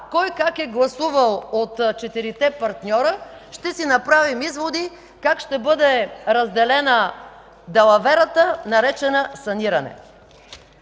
кой как е гласувал от четиримата партньори, ще си направим изводи как ще бъде разделена далаверата, наречена „саниране”.